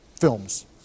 films